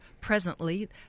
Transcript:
presently